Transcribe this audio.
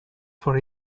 for